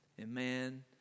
Amen